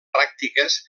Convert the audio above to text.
pràctiques